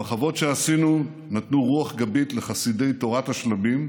המחוות שעשינו נתנו רוח גבית לחסידי תורת השלבים,